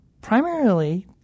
primarily